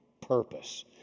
purpose